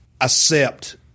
accept